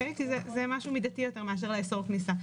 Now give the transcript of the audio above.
זה משהו מידתי יותר מאשר איסור כניסה,